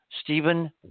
Stephen